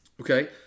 Okay